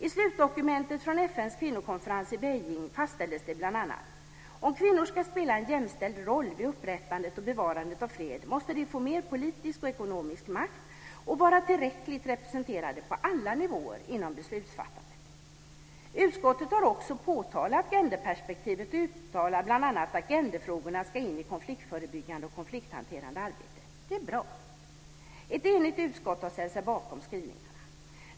I slutdokumentet från FN:s kvinnokonferens i Beijing fastställdes det bl.a.: Om kvinnor ska spela en jämställd roll vid upprättandet och bevarandet av fred måste de få mer politisk och ekonomisk makt och vara tillräckligt representerade på alla nivåer inom beslutsfattandet. Utskottet har också påtalat genderperspektivet och uttalar bl.a. att genderfrågorna ska in i konfliktförebyggande och konflikthanterande arbete. Det är bra. Ett enigt utskott har ställt sig bakom skrivningarna.